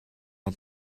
het